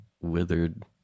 withered